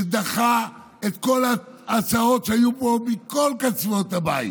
שדחה את כל ההצעות שהיו פה מכל קצוות הבית,